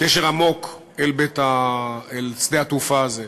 קשר עמוק אל שדה התעופה הזה.